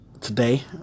today